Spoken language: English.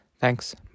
Thanks